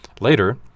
Later